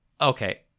okay